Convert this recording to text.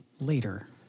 later